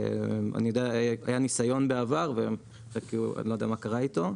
היה ניסיון בעבר ואני לא יודע מה קרה איתו,